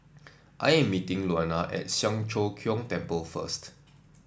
I am meeting Luana at Siang Cho Keong Temple first